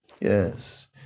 Yes